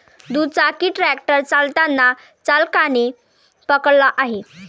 दुचाकी ट्रॅक्टर चालताना चालकाने पकडला आहे